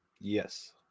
Yes